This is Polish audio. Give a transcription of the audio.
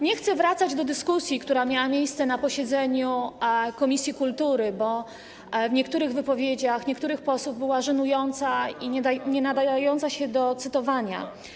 Nie chcę wracać do dyskusji, która miała miejsce na posiedzeniu komisji kultury, bo w przypadku niektórych wypowiedzi niektórych posłów była żenująca i nienadająca się do cytowania.